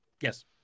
Yes